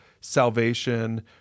salvation